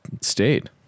stayed